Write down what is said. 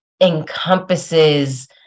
encompasses